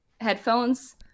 headphones